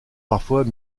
parfois